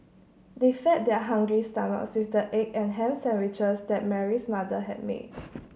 they fed their hungry stomachs with the egg and ham sandwiches that Mary's mother had made